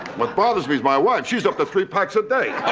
what bothers me is my wife. she's up to three packs a day.